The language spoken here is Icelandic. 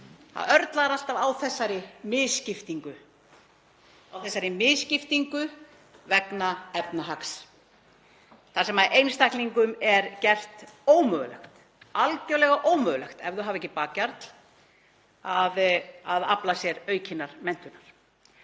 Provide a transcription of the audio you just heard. það örlar alltaf á þessari misskiptingu vegna efnahags þar sem einstaklingum er gert ómögulegt, algerlega ómögulegt, ef þeir hafa ekki bakhjarl, að afla sér aukinnar menntunar.